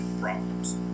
problems